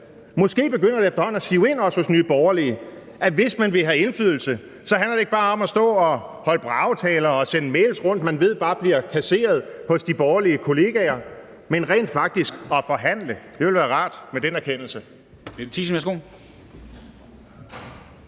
Måske begynder det efterhånden at sive ind også hos Nye Borgerlige, at hvis man vil have indflydelse, handler det ikke bare om at stå og holde bragetaler og sende mails rundt, man ved bare bliver kasseret hos de borgerlige kolleger, men om rent faktisk at forhandle. Det ville være rart med den erkendelse.